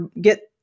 get